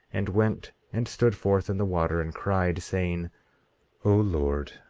and went and stood forth in the water, and cried, saying o lord,